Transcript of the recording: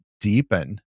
deepen